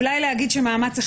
אולי להגיד שמאמץ אחד,